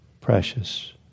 precious